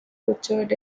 butchered